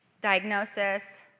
Diagnosis